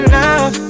love